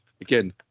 again